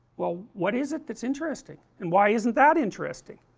well, what is it that is interesting? and why isn't that interesting?